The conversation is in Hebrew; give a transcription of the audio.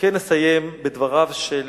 אסיים בדבריו של